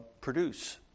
produce